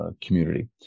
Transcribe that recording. community